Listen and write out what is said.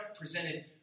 presented